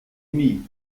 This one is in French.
demie